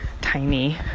tiny